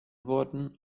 worden